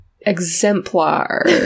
Exemplar